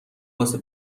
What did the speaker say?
واسه